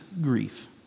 grief